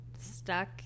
stuck